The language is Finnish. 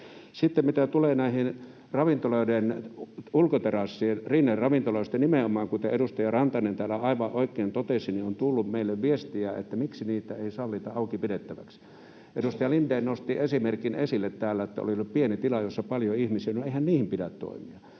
Sitten mitä tulee näihin ravintoloiden ulkoterasseihin, niin nimenomaan rinneravintoloista, kuten edustaja Rantanen täällä aivan oikein totesi, on tullut meille viestiä siitä, miksi niitä ei sallita auki pidettäviksi. Edustaja Lindén nosti esille täällä esimerkin, että oli ollut pieni tila, jossa oli paljon ihmisiä. No, eihän niin pidä toimia,